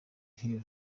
hill